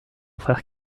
frère